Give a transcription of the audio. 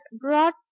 brought